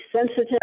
sensitive